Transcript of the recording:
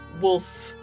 wolf